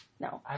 No